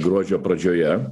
gruodžio pradžioje